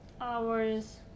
hours